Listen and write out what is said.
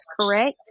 Correct